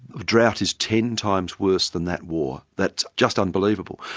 drought is ten times worse than that war, that's just unbelievable.